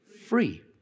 free